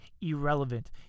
irrelevant